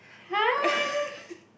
hi